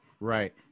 Right